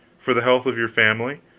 for the health of your family?